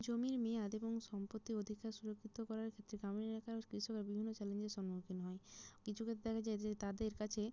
জমির মেয়াদ এবং সম্পত্তির অধিকার সুরক্ষিত করার ক্ষেত্রে গ্রামীণ এলাকার কৃষকরা যে বিভিন্ন চ্যালেঞ্জের সম্মুখীন হয় কিছু ক্ষেত্রে দেখা যায় যে তাদের কাছে